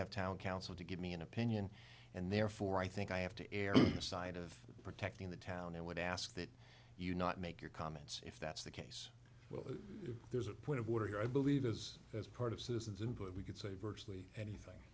have town council to give me an opinion and therefore i think i have to err on the side of protecting the town i would ask that you not make your comments if that's the case well there's a point of water here i believe as part of citizens and but we can say virtually anything